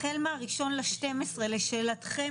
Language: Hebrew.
החל מה-1.12 לשאלתכם,